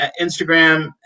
Instagram